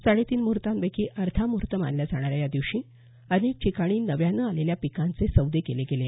साडेतीन मुहूर्तांपैकी अर्धा मुहूर्त मानल्या जाणाऱ्या या दिवशी अनेक ठिकाणी नव्याने आलेल्या पिकांचे सौदे केले गेले